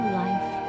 life